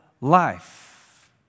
life